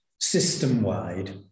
system-wide